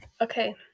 okay